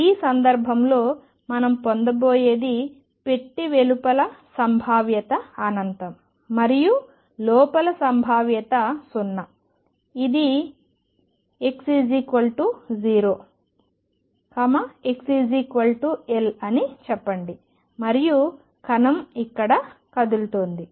ఈ సందర్భంలో మనం పొందబోయేది పెట్టె వెలుపల సంభావ్యత అనంతం మరియు లోపల సంభావ్యత 0 ఇది x 0 x L అని చెప్పండి మరియు కణం ఇక్కడ కదులుతోంది